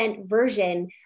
version